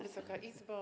Wysoka Izbo!